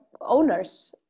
owners